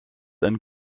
ein